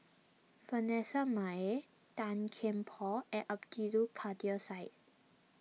Vanessa Mae Tan Kian Por and Abdul Kadir Syed